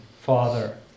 Father